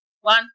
One